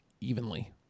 evenly